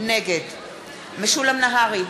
נגד משולם נהרי,